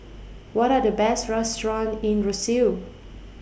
What Are The Best restaurants in Roseau